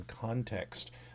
context